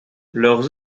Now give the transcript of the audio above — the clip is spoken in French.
leurs